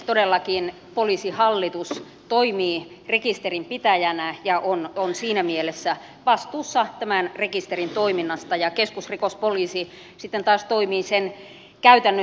todellakin poliisihallitus toimii rekisterinpitäjänä ja on siinä mielessä vastuussa tämän rekisterin toiminnasta ja keskusrikospoliisi sitten taas toimii sen käytännön ylläpitäjänä